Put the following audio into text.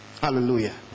Hallelujah